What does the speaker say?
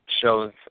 shows